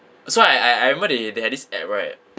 that's why I I I remember they they had this app right